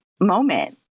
moment